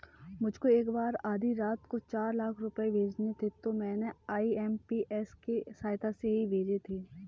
मुझको एक बार आधी रात को चार लाख रुपए भेजने थे तो मैंने आई.एम.पी.एस की सहायता से ही भेजे थे